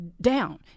down